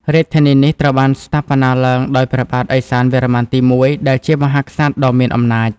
រាជធានីនេះត្រូវបានស្ថាបនាឡើងដោយព្រះបាទឦសានវរ្ម័នទី១ ដែលជាមហាក្សត្រដ៏មានអំណាច។